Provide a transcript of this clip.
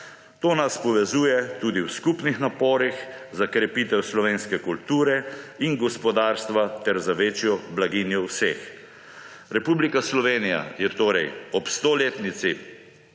To nas povezuje tudi v skupnih naporih za krepitev slovenske kulture in gospodarstva ter za večjo blaginjo vseh.« Republika Slovenije je torej ob 100-letnici